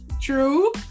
True